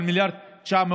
1.9 מיליארד ומשהו,